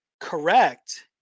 correct